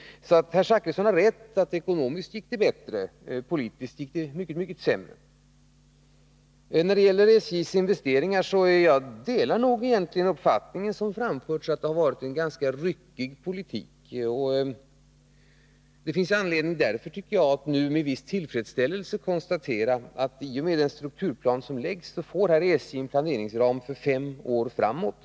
Herr Zachrisson har rätt i att det ekonomiskt gick bättre, men politiskt gick det mycket sämre. När det gäller SJ:s investeringar delar jag egentligen den uppfattning som har framförts — det har varit en ganska ryckig politik. Därför finns det nu anledning att med viss tillfredsställelse konstatera att SJ i och med strukturplanen får en planeringsram för fem år framåt.